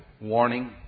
warning